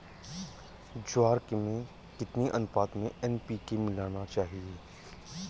ज्वार में कितनी अनुपात में एन.पी.के मिलाना चाहिए?